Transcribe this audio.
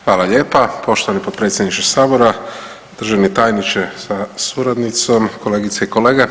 Hvala lijepa poštovani potpredsjedniče sabora, državni tajniče sa suradnicom, kolegice i kolege.